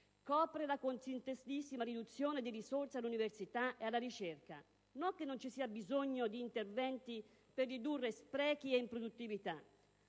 Copre la consistentissima riduzione di risorse per l'università e la ricerca. Non che non ci sia bisogno di interventi per ridurre sprechi e improduttività,